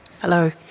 Hello